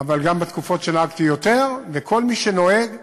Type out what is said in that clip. אבל גם בתקופות שנהגתי יותר, וכל מי שנוהג ונוהגת,